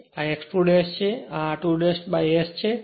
અને આ x 2 છે આ r2 S છે